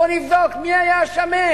בואו נבדוק, מי היה השמן?